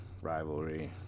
rivalry